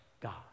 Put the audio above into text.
God